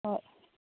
ꯍꯣꯏ